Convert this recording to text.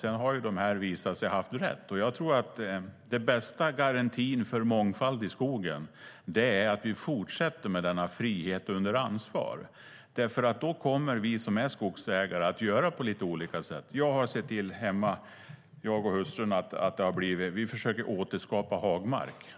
Sedan visade det sig att de hade rätt. Jag tror att den bästa garantin för mångfald i skogen är att vi fortsätter med denna frihet under ansvar. Då kommer vi som är skogsägare att göra på lite olika sätt. Hemma försöker jag och hustrun återskapa hagmark.